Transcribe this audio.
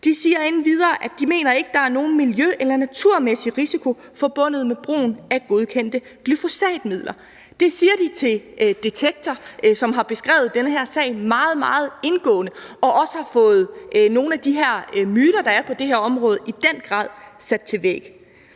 De siger endvidere, at de ikke mener, der er nogen miljø- eller naturmæssig risiko forbundet med brugen af godkendte glyfosatmidler. Det siger de til Detektor, som har beskrevet den her sag meget, meget indgående og i den grad også har fået sat nogle af de her myter, der er på det her område, til vægs.